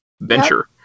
venture